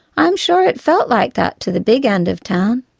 i'm sure it felt like that to the big end of town.